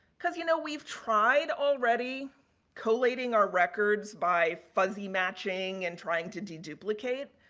because, you know, we've tried already collating our records by fuzzy matching and trying to deduplicate,